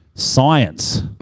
Science